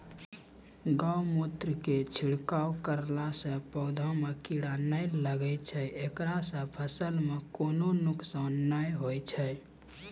गोमुत्र के छिड़काव करला से पौधा मे कीड़ा नैय लागै छै ऐकरा से फसल मे कोनो नुकसान नैय होय छै?